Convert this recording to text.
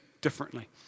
differently